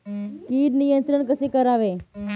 कीड नियंत्रण कसे करावे?